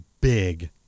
big